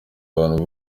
bantu